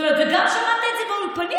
וגם שמעת את זה באולפנים,